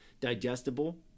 digestible